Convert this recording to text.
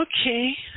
okay